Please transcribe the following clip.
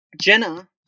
Jenna